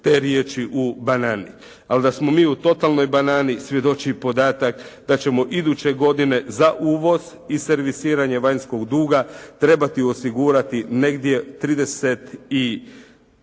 te riječi u banani. Ali da smo mi u totalnoj banani, svjedoči i podatak da ćemo iduće godine za uvoz i servisiranje vanjskog duga trebati osigurati negdje 35,